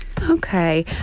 okay